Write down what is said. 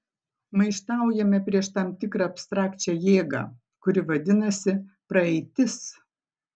maištaujame prieš tam tikrą abstrakčią jėgą kuri vadinasi praeitis